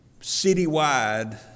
citywide